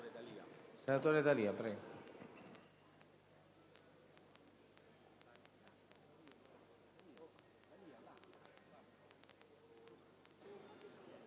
Grazie,